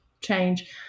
change